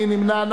מי נמנע?